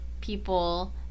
people